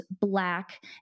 black